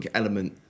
element